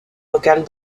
locales